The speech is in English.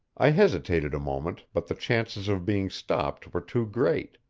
i hesitated a moment, but the chances of being stopped were too great.